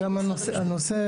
גם הנושא,